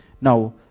Now